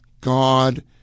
God